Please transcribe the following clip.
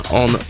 on